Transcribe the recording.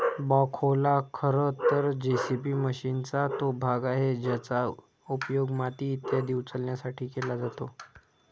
बॅखोला खरं तर जे.सी.बी मशीनचा तो भाग आहे ज्याचा उपयोग माती इत्यादी उचलण्यासाठी केला जातो